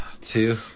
two